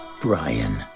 Brian